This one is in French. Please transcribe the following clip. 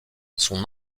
son